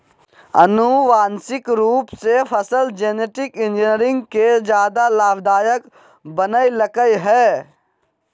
आनुवांशिक रूप से फसल जेनेटिक इंजीनियरिंग के ज्यादा लाभदायक बनैयलकय हें